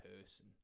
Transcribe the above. person